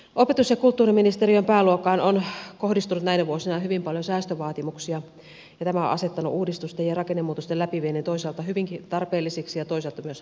opetus ja kulttuuriministeriön pääluokkaan on kohdistunut näinä vuosina hyvin paljon säästövaatimuksia ja tämä on asettanut uudistusten ja rakennemuutosten läpiviennin toisaalta hyvinkin tarpeelliseksi ja toisaalta myös hankalaksi